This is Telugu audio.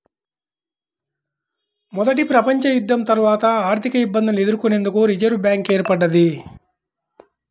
మొదటి ప్రపంచయుద్ధం తర్వాత ఆర్థికఇబ్బందులను ఎదుర్కొనేందుకు రిజర్వ్ బ్యాంక్ ఏర్పడ్డది